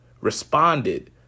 responded